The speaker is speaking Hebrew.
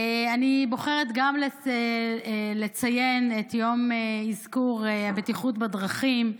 אני בוחרת גם לציין את יום אזכור הבטיחות בדרכים.